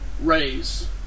raise